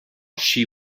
she